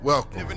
Welcome